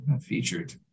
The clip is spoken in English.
featured